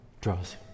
draws